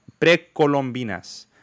precolombinas